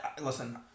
Listen